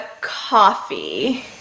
coffee